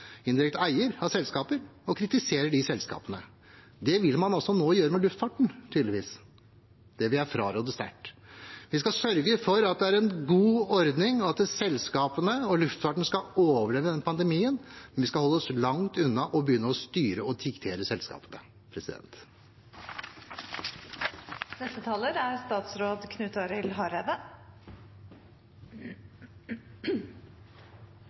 indirekte eier. Dette vil man nå tydeligvis gjøre med luftfarten. Det vil jeg fraråde sterkt. Vi skal sørge for at det er en god ordning, at selskapene og luftfarten overlever pandemien, men vi skal holde oss langt unna å begynne med å styre og diktere selskapene. Det er ei krevjande tid for både norsk og internasjonal luftfart, og engasjementet på Stortinget er